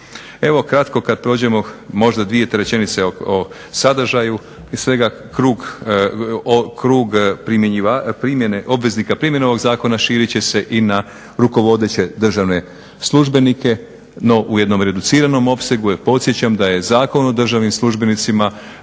Evo kratko kad prođemo možda dvije, tri rečenice o sadržaju. Prije svega krug primjene obveznika primjene ovog zakona širit će se i na rukovodeće državne službenike. No, u jednom reduciranom opsegu, jer podsjećam da je Zakon o državnim službenicima